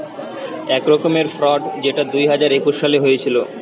এক রকমের ফ্রড যেটা দুই হাজার একুশ সালে হয়েছিল